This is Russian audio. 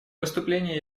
выступлении